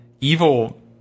Evil